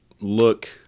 look